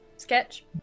Sketch